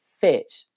fit